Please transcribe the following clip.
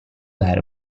dare